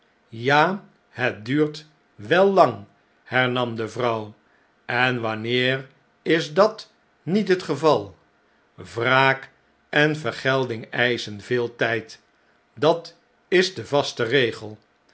ja het duurt wel lang hernam de vrouw en wanneer is dat niet het geval wraak en vergelding eischen veel tijd dat is de vasteregel